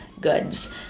goods